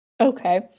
Okay